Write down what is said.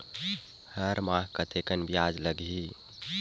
हर माह कतेकन ब्याज लगही?